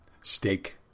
steak